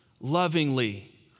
lovingly